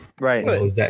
Right